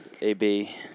A-B